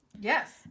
Yes